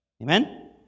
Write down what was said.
Amen